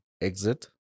exit